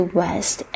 west